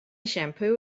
shampoo